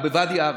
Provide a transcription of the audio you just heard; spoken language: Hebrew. או בוואדי עארה.